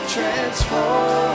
Transform